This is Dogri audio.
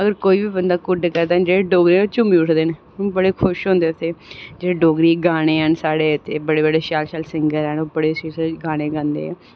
जेल्लै कोई बी बंदा कुड्ड करदा ते जेह्ड़े डोगरे न ओह् झूमी उठदे न बड़े खुश होंदे ते जेह्ड़े डोगरी गाने न इत्थै बड़े शैल शैल सिंगर न ओह् बड़े शैल शैल गाने गांदे आं